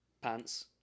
pants